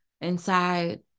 inside